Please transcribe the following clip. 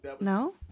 No